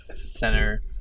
center